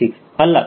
6 ಇದು 0